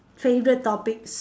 favourite topics